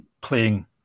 playing